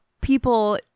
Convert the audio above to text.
People